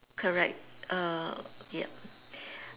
correct uh yup